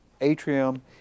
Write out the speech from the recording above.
atrium